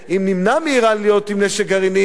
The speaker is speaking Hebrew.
אם נמנע מאירן להיות עם נשק גרעיני,